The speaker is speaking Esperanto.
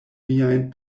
miajn